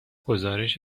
گزارش